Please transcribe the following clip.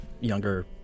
younger